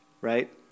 right